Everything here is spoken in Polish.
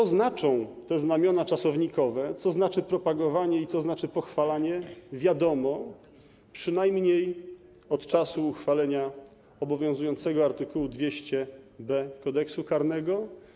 Co znaczą te znamiona czasownikowe, co znaczy propagowanie i co znaczy pochwalanie, wiadomo, przynajmniej od czasu uchwalenia obowiązującego art. 200b Kodeksu karnego.